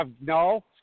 No